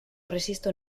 resisto